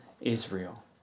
Israel